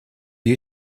you